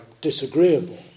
disagreeable